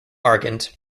argent